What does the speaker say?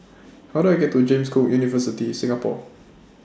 How Do I get to James Cook University Singapore